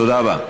תודה רבה.